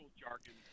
jargon